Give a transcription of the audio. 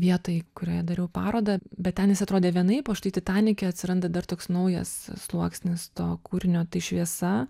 vietoj kurioje dariau parodą bet ten jis atrodė vienaip o štai titanike atsiranda dar toks naujas sluoksnis to kūrinio tai šviesa